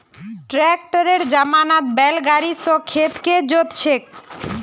ट्रैक्टरेर जमानात बैल गाड़ी स खेत के जोत छेक